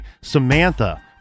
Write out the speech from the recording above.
samantha